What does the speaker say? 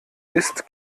ist